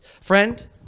Friend